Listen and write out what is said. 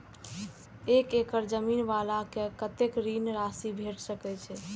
एक एकड़ जमीन वाला के कतेक ऋण राशि भेट सकै छै?